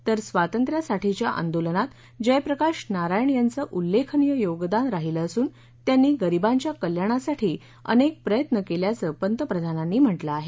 तर स्वातंत्र्यासाठीच्या आंदोलनात जयप्रकाश नारायण यांचं उल्लेखनीय योगदान राहीलं असून त्यांनी गरीबांच्या कल्याणासाठी अनेक प्रयत्न केल्याचं पंतप्रधानांनी म्हटलं आहे